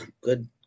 good